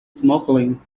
smuggling